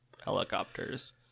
helicopters